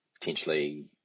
Potentially